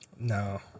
No